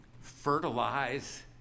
Fertilize